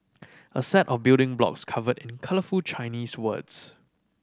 a set of building blocks covered in colourful Chinese words